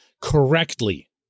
correctly